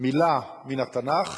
מלה מהתנ"ך